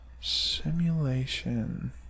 Simulation